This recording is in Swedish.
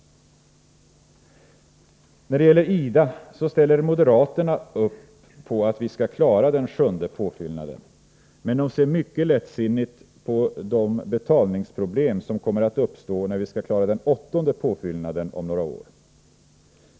När det gäller IDA ställer moderaterna upp på att vi skall klara den sjunde påfyllnaden men ser mycket lättsinnigt på de betalningsproblem som kommer att uppstå, när vi skall klara den åttonde påfyllnaden om några år.